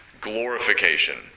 glorification